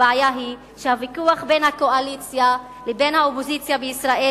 הבעיה היא שהוויכוח בין הקואליציה לבין האופוזיציה בישראל